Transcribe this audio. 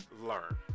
learn